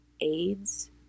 aids